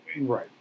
Right